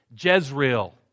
Jezreel